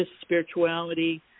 spirituality